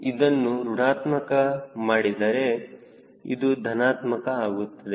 ಇದನ್ನು ಋಣಾತ್ಮಕ ಮಾಡಿದರೆ ಇದು ಧನಾತ್ಮಕ ಆಗುತ್ತದೆ